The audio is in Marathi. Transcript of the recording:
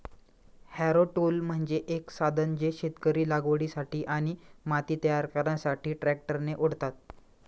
हॅरो टूल म्हणजे एक साधन जे शेतकरी लागवडीसाठी आणि माती तयार करण्यासाठी ट्रॅक्टरने ओढतात